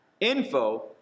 info